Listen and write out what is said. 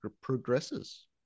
progresses